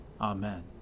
Amen